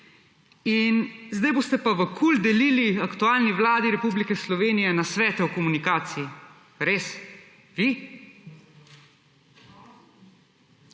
Sedaj boste pav KUL delili aktualni vladi Republike Sloveniji nasvete o komunikaciji. Res, vi?